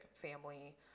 family